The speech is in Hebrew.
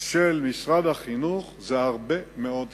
של משרד החינוך זה הרבה מאוד כסף,